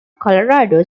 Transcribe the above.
colorado